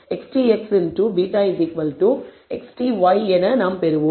XT X into into β XTy என நாம் பெறுவோம்